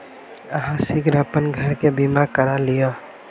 अहाँ शीघ्र अपन घर के बीमा करा लिअ